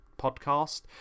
podcast